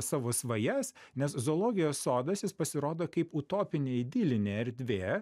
savo svajas nes zoologijos sodas jis pasirodo kaip utopinė idilinė erdvė